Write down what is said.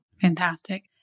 Fantastic